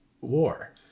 war